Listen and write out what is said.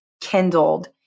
kindled